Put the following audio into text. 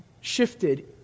shifted